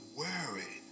worry